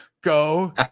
Go